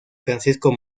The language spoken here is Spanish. francisco